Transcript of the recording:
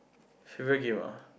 people give ah